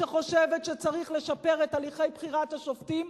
שחושבת שצריך לשפר את הליכי בחירת השופטים,